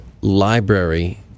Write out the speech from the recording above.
library